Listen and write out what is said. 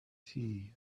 tea